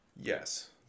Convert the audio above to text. yes